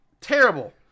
Terrible